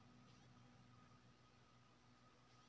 पैसा भेजै ल की सब लगतै?